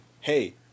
hey